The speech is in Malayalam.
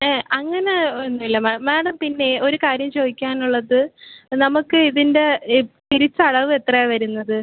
അങ്ങനെ ഒന്നും ഇല്ല മാം മാഡം പിന്നെ ഒരു കാര്യം ചോദിക്കാനുള്ളത് നമുക്ക് ഇതിന്റെ ഈ തിരിച്ചടവ് എത്രയാണ് വരുന്നത്